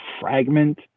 fragment